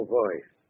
voice